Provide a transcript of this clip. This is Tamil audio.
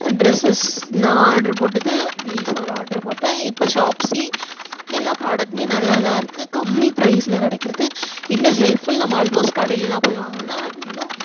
ட்ரெஸ்ஸஸ் நான் ஆர்டர் போட்டது மீஷோவில் ஆர்டர் போட்டேன் இப்போ ஷாப்ஸி எல்லா ப்ராடக்ட்டுமே நல்லாதான் இருக்குது கம்மி ப்ரைஸ்சில் கிடைக்கிறது இன்னும் ஹெல்ப்ஃபுல் நம்ம அல்மோஸ்ட் கடையில் எல்லாம் போய் வாங்குனோன்னால் அது இன்னும்